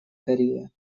корея